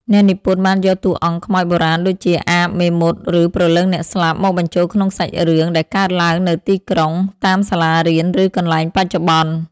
អ្នកនិពន្ធបានយកតួអង្គខ្មោចបុរាណដូចជា អាប មេមត់ ឬព្រលឹងអ្នកស្លាប់ មកបញ្ចូលក្នុងសាច់រឿងដែលកើតឡើងនៅទីក្រុង តាមសាលារៀន ឬកន្លែងបច្ចុប្បន្ន។